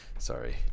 Sorry